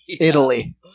Italy